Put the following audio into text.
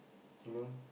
you know